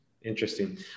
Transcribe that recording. interesting